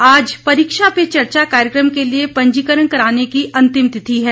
आज परीक्षा पे चर्चा कार्यक्रम के लिए पंजीकरण कराने की अंतिम तिथि है